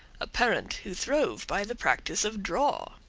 a parent who throve by the practice of draw.